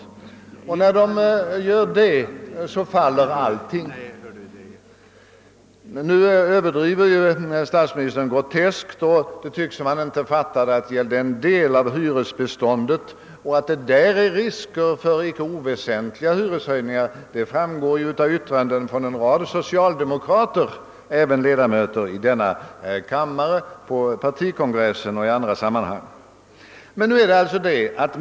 I och med detta skulle nämligen hela frågan nödvändigtvis falla. Statsministern överdriver emellertid groteskt, och det tycks som om han inte fattade att våra uttalanden gäller en del av hyresbeståndet. Att det där föreligger risker för icke oväsentliga hyreshöjningar framgår för övrigt också av yttranden från en rad socialdemokrater — även ledamöter av denna kammare — på den socialdemokratiska partikongressen och i andra sammanhang.